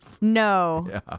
No